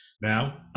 Now